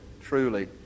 truly